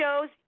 shows